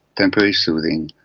temporary soothing,